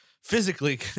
Physically